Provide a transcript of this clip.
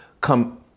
come